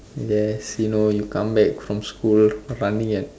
yes you know you come back from school running and